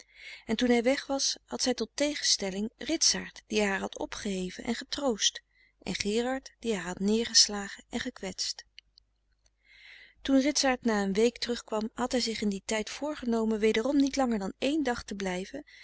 en toen hij weg was had zij tot tegenstelling ritsaart die haar had opgeheven en getroost en gerard die haar had neergeslagen en gekwetst toen ritsaart na een week terug kwam had hij zich in dien tijd voorgenomen wederom niet langer dan één dag te blijven